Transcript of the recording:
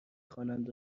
خوانند